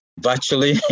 virtually